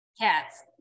Cats